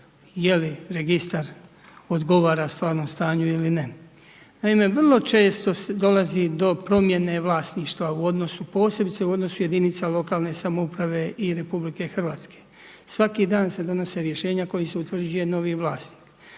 je li registar odgovara stvarnom stanju ili ne. Naime, vrlo često dolazi do promjene vlasništva, posebice u odnosu jedinica lokalne samouprave i RH. Svaki dan se donose rješenja kojim se utvrđuje novi vlasnik.